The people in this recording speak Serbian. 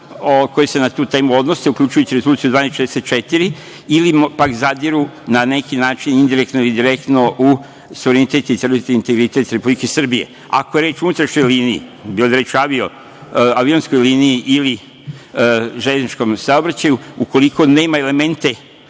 koje se na tu temu odnose, uključujući i Rezoluciju 1244 ili pak zadiru na neki način indirektno ili direktno u suverenitet i teritorijalni integritet Republike Srbije? Ako je reč o unutrašnjoj liniji, bilo da je reč o avionskoj liniji ili železničkom saobraćaju, ukoliko nema elemente